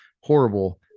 horrible